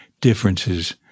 differences